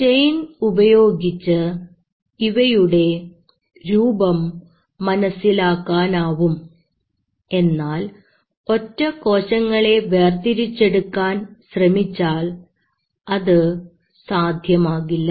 സ്റ്റൈൻ ഉപയോഗിച്ച് ഇവയുടെ രൂപം മനസ്സിലാക്കാനാവും എന്നാൽ ഒറ്റ കോശങ്ങളെ വേർതിരിച്ചെടുക്കാൻ ശ്രമിച്ചാൽ അത് സാധ്യമാകില്ല